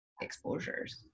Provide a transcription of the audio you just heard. exposures